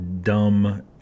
dumb